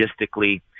logistically